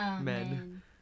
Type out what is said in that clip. men